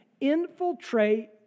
infiltrate